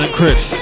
Chris